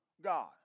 God